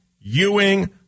Ewing